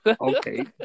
okay